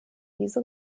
diese